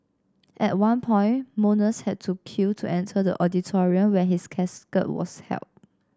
at one point mourners had to queue to enter the auditorium where his casket was held